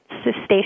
station